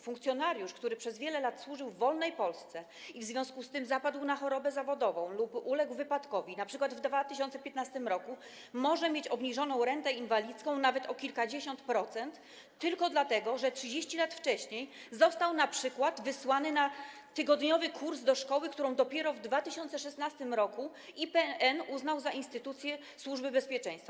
Funkcjonariusz, który przez wiele lat służył w wolnej Polsce i w związku z tym zapadł na chorobę zawodową lub uległ wypadkowi np. w 2015 r., może mieć obniżoną rentę inwalidzką nawet o kilkadziesiąt procent tylko dlatego, że 30 lat wcześniej np. został wysłany na tygodniowy kurs do szkoły, którą dopiero w 2016 r. IPN uznał za instytucję Służby Bezpieczeństwa.